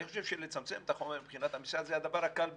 אני חושב שלצמצם את החומר מבחינת המשרד זה הדבר הקל ביותר.